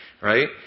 Right